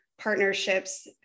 partnerships